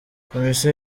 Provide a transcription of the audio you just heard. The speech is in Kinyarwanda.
komisiyo